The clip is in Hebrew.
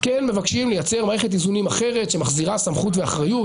כן מבקשים לייצר מערכת איזונים אחרת שמחזירה סמכות ואחריות,